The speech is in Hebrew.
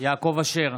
יעקב אשר,